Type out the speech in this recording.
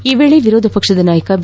ಈ ವೇಳೆ ವಿರೋಧ ಪಕ್ಷದ ನಾಯಕ ಬಿ